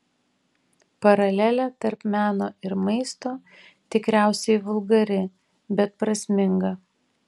paralelė tarp meno ir maisto tikriausiai vulgari bet prasminga